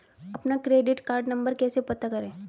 अपना credit card number कैसे पता करें?